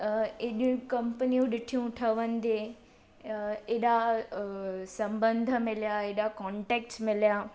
अ एॾियूं कंपनियूं ॾिठियूं ठहींदे अ एॾा अ सबंध मिलिया एॾा कॉन्टेक्ट्स मिलिया